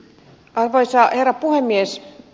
arvoisa herra puhemies